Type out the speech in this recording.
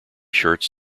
shirts